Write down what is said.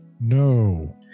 No